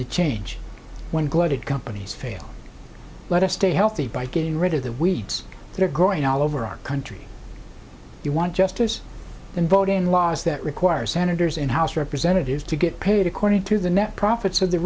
the change when gloated companies fail let us stay healthy by getting rid of the weeds they're growing all over our country you want justice and voting laws that require senators and house representatives to get paid according to the net profits of the